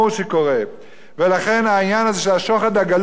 ולכן, העניין הזה של השוחד הגלוי, וגם החוקי,